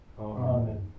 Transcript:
Amen